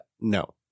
no